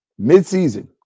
midseason